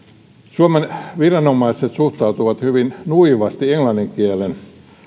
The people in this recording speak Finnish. suomen viranomaiset suhtautuvat hyvin nuivasti englannin kielen